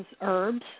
herbs